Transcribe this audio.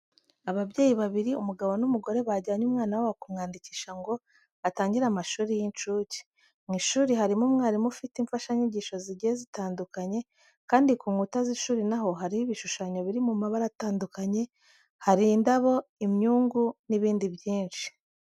Ababyeyi babiri, umugabo n'umugore bajyanye umwana wabo kumwandikisha ngo atangire amashuri y'incuke. Mu ishuri harimo umwarimu ufite imfashanyagisho zigiye zitandukanye, kandi ku nkuta z'ishuri naho hariho ibishushanyo biri mu mabara atandukanye, hari indabo, imyungu n'ibindi byinshi.